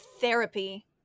therapy